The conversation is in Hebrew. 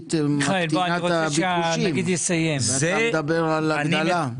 ריבית מקטינה את הביקושים, ואתה מדבר על הגדלה.